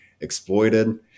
exploited